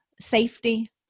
safety